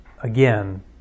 again